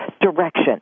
direction